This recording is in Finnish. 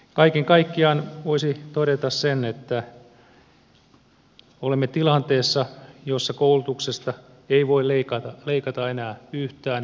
kaiken kaikkiaan voisi todeta sen että olemme tilanteessa jossa koulutuksesta ei voi leikata enää yhtään